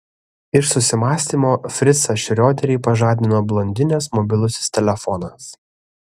iš susimąstymo fricą šrioderį pažadino blondinės mobilusis telefonas